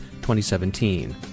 2017